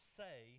say